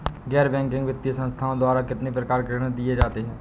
गैर बैंकिंग वित्तीय संस्थाओं द्वारा कितनी प्रकार के ऋण दिए जाते हैं?